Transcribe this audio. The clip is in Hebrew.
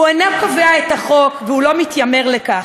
הוא אינו קובע את החוק והוא לא מתיימר לכך.